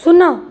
ଶୂନ